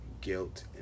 guilt